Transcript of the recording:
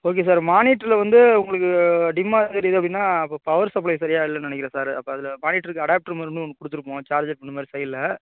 okay sir மானிட்ரில் வந்து உங்களுக்கு டிம்மாக தெரியுது அப்படின்னா அப்போ பவர் சப்ளை சரியாக இல்லைன்னு நினைக்கிறேன் சார் அப்போ அதில் மானிட்ருக்கு அடாப்ட்ருமாதிரி ஒன்று கொடுத்துருப்போம் சார்ஜர் பின்னுமாதிரி சைட்டில்